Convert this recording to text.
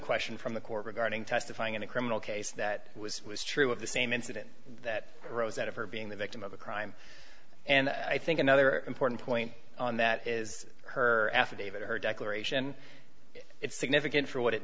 question from the court regarding testifying in a criminal case that was was true of the same incident that arose out of her being the victim of a crime and i think another important point on that is her affidavit or her declaration it's significant for what it